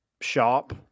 shop